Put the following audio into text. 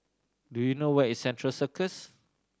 do you know where is Central Circus